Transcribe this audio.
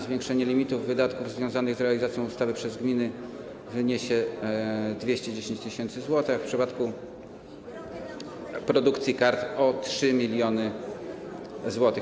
Zwiększenie limitów wydatków związanych z realizacją ustawy przez gminy wyniesie 210 tys. zł, a w przypadku produkcji kart - o 3 mln zł.